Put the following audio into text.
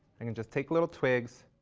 i can just take little twigs,